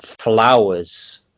flowers